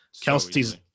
Kelsey's